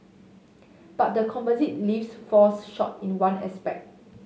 but the composite lifts falls short in one aspect